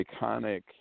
iconic